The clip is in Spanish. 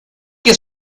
que